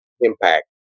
impact